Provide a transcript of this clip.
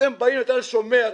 אתה בא לתל השומר,